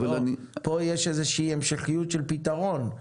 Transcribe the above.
פה יש המשכיות של פתרון.